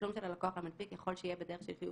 התשלום של הלקוח למנפיק יכול שיהיה בדרך של חיוב